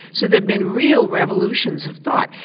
so there have been real revolutions of thought.